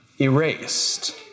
erased